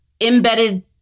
embedded